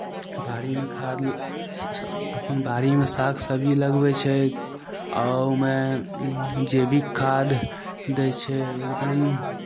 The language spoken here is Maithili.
बाड़ीमे खाद अपन बाड़ीमे साग सबजी लगबै छै आ ओहिमे जैविक खाद दै छै एकदम